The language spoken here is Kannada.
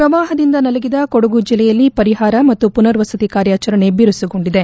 ಪ್ರವಾಹದಿಂದಾಗಿ ನಲುಗಿದ ಕೊಡಗು ಜಿಲ್ಲೆಯಲ್ಲಿ ಪರಿಹಾರ ಮತ್ತು ಪುನರ್ವಸತಿ ಕಾರ್ಯಾಚರಣೆ ಬಿರುಸುಗೊಂಡಿದೆ